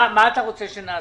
מה אתה רוצה שנעשה?